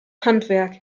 handwerk